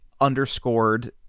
underscored